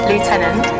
Lieutenant